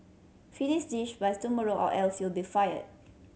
finish this by tomorrow or else you'll be fired